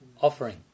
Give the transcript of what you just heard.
offering